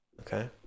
okay